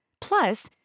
Plus